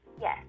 yes